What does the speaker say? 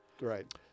Right